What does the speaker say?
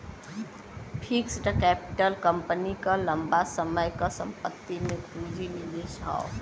fixed capital company क लंबा समय क संपत्ति में पूंजी निवेश हौ